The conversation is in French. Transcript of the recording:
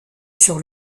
sur